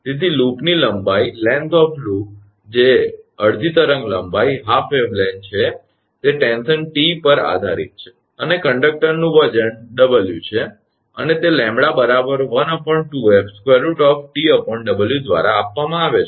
તેથી લૂપની લંબાઈ જે અડધી તરંગ લંબાઇ છે તે ટેન્શન 𝑇 પર આધારિત છે અને કંડક્ટર વજન 𝑊 અને તે 𝜆 1 2𝑓√𝑇 𝑊 દ્વારા આપવામાં આવે છે